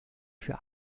für